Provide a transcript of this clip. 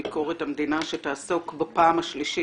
אנחנו פותחים ישיבה של הוועדה לביקורת המדינה שתעסוק בפעם השלישית,